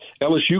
LSU